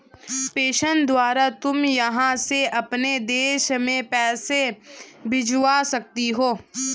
प्रेषण द्वारा तुम यहाँ से अपने देश में पैसे भिजवा सकती हो